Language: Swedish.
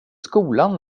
skolan